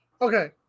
Okay